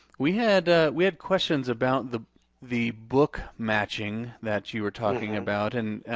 we had we had questions about the the book matching that you were talking about. and